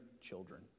children